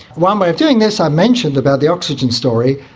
one way of doing this, i mentioned about the oxygen story,